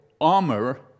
armor